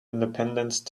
independence